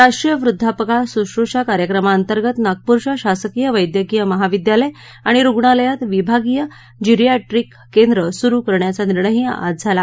राष्ट्रीय वृध्दापकाळ शुश्रूषा कार्यक्रमाअंतर्गत नागपूरच्या शासकीय वैद्यकीय महाविद्यालय आणि रुग्णालयात विभागीय जिरॅयाट्रिक केंद्र सुरु करण्याचा निर्णयही आज झाला